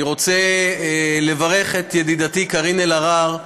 אני רוצה לברך את ידידתי קארין אלהרר,